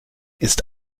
ist